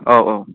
औ औ